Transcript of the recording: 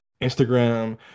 Instagram